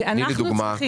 תני לי דוגמה.